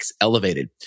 elevated